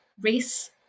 Race